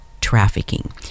trafficking